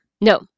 No